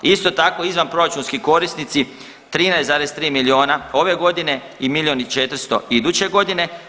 Isto tako izvanproračunski korisnici 13,3 milijuna ove godine i milijun i 400 iduće godine.